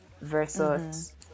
versus